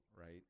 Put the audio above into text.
right